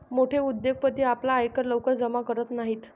मोठे उद्योगपती आपला आयकर लवकर जमा करत नाहीत